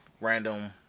random